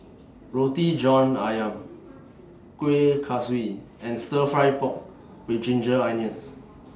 Roti John Ayam Kuih Kaswi and Stir Fry Pork with Ginger Onions